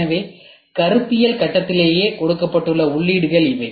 எனவே கருத்தியல் கட்டத்திலேயே கொடுக்கப்பட்ட உள்ளீடுகள் இவை